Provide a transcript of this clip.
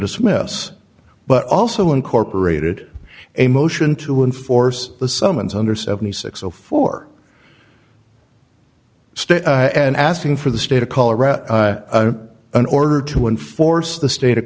dismiss but also incorporated a motion to enforce the summons under seventy six so for state and asking for the state of colorado in order to enforce the state of